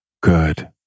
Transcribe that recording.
Good